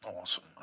awesome